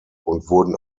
wurden